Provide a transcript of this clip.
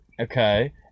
okay